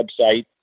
website